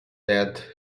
that